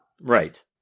Right